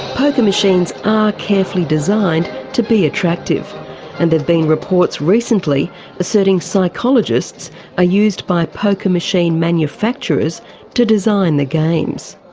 poker machines are carefully designed to be attractive and there've been reports recently asserting psychologists are used by poker machine manufacturers to design the games.